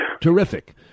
terrific